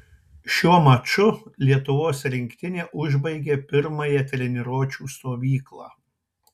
šiuo maču lietuvos rinktinė užbaigė pirmąją treniruočių stovyklą